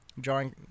drawing